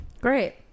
great